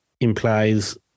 implies